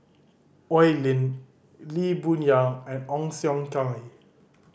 Oi Lin Lee Boon Yang and Ong Siong Kai